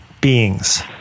beings